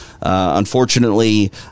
unfortunately